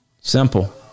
Simple